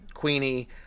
Queenie